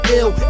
ill